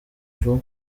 vuba